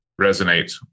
resonate